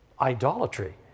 idolatry